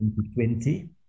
2020